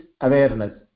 awareness